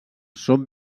són